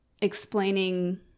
explaining